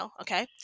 okay